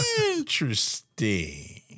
Interesting